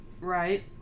Right